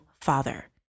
father